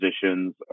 positions